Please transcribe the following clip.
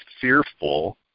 fearful